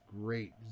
great